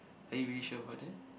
are you really sure about that